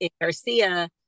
Garcia